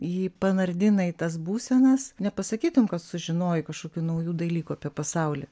ji panardina į tas būsenas nepasakytum kad sužinojai kažkokių naujų dalykų apie pasaulį